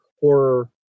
horror